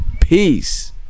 Peace